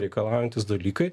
reikalaujantys dalykai